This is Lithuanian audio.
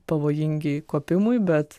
pavojingi kopimui bet